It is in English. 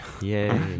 Yay